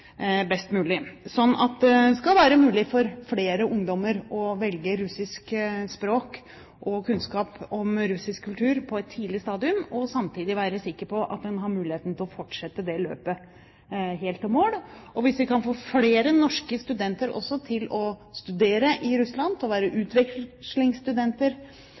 velge russisk språk og få kunnskap om russisk kultur på et tidlig stadium, og samtidig være sikre på at de har mulighet til å fortsette løpet helt i mål. Hvis vi kan få flere norske studenter til å studere i Russland, til å være utvekslingsstudenter